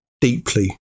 deeply